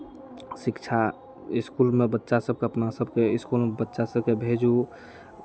शिक्षा इसकुलमे बच्चा सभके अपना सभके इसकुलमे बच्चा सभकेँ भेजू